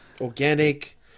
Organic